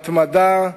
התמדה,